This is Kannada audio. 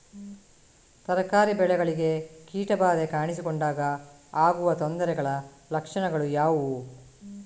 ತರಕಾರಿ ಬೆಳೆಗಳಿಗೆ ಕೀಟ ಬಾಧೆ ಕಾಣಿಸಿಕೊಂಡಾಗ ಆಗುವ ತೊಂದರೆಗಳ ಲಕ್ಷಣಗಳು ಯಾವುವು?